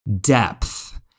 depth